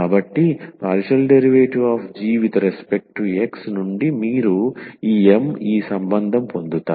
కాబట్టి ∂g∂x నుండి మీరు ఈ M ఈ సంబంధం పొందుతారు